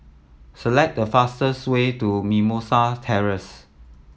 select the fastest way to Mimosa Terrace